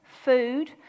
food